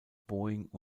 boeing